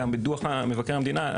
גם בדו"ח מבקר המדינה,